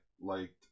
liked